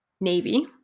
navy